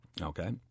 Okay